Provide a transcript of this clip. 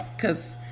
Cause